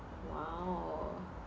!wow!